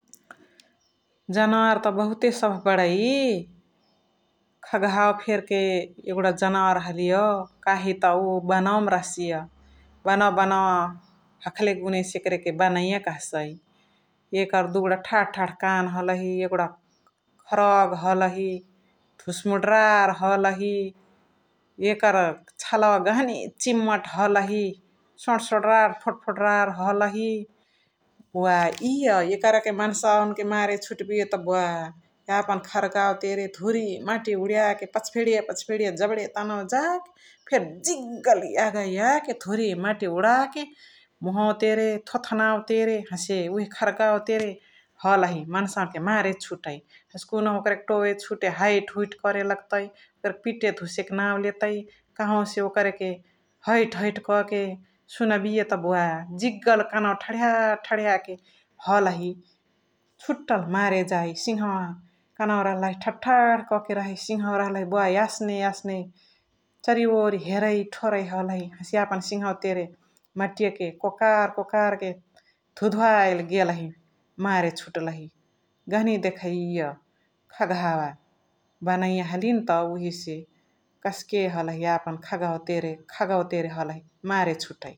जनवोर त बहुते सभ बणै खगहा फेर्के यगुडा जनवोर हलिय काहितौ उव बनवा मा रहसिय । बनवा बनवा हखले गुनेसे बनैया कहसै एकर दुगुडा ठाड ठाड कान हलहि, यगुडा फर्ग हलहि, धुसमुसरार हलही एकर चलवा गहनी चिमट हलही सोड सोडरार फोडफोडरार हलही । बुवा एय एकर के मन्सावान के मरे छुटबिय त बुवा यापना खर्गावा केरे धुरी मटी उडिया के पच भेडिय पच भेडिय जबडे तनौ जा फेरी जिगल याग या के धुरी मटी उडा के मुहव तेरे थुथनाव तेरे हसे उहे खर्गाव तेरे हलही मन्साव के मरे छुटै । हसे कुनुहु ओकरहिके टोवे चुटे हैट हुइट करे लग्तै पिटा के धुसके नाउ लेतै कहवा से ओकरा के हैट हैट क के सुनबिय त बुवा जिगल कनवा ठडिया के ठडिया के हलही छुटल मरे जाइ । सिन्हावा कनवा रहलागि ठड ठडा क के रहै सिन्हावा रहलागि यासने यासने चरिओरी हेरै ठोरै हलही हसे यापन सिन्हावा तेने मटिया के कोकार कोकार के धुधुवैली गेलही मरे छुटलही । गहनी देखै एय खगहाव बनैया हलियन्त उहेसे कस्क हलही यापन खगवा तेरे खगवा तेरे मरे छुटै ।